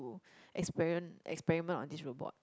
experiment experiment on this robot